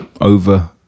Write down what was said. over